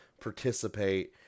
participate